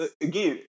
Again